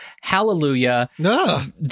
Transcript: Hallelujah